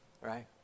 right